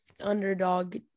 underdog